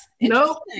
No